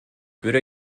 würde